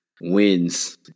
wins